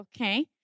okay